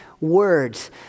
words